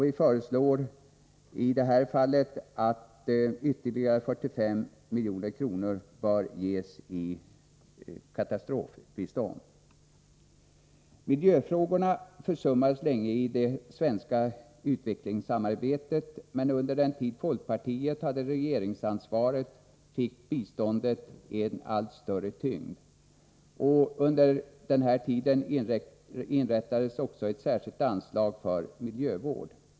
Vi föreslår att ytterligare 45 milj.kr. skall ges i katastrofbistånd. Miljöfrågorna försummades länge i det svenska utvecklingssamarbetet, men under den tid folkpartiet hade regeringsansvaret fick biståndet en allt större tyngd. Under den tiden inrättades också ett särskilt anslag för miljövård.